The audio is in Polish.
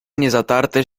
niezatarte